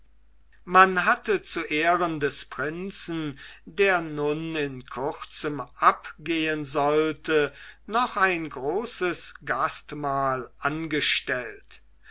man hatte zu ehren des prinzen der nun in kurzem abgehen sollte noch ein großes gastmahl angestellt